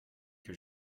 que